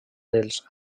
dels